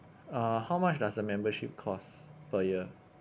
uh how much does the membership cost per year